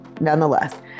nonetheless